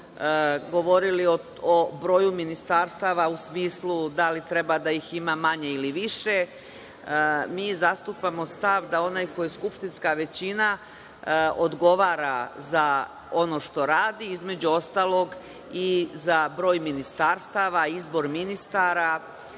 govorili o broju ministarstava u smislu da li treba da ih ima manje ili više. Mi zastupamo stav da onaj ko je skupštinska većina odgovara za ono što radi, između ostalog i za broj ministarstava, izbor ministara,